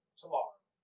tomorrow